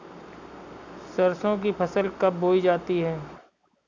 सरसों की फसल कब बोई जाती है?